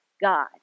God